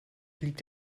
liegt